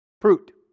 fruit